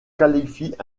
qualifie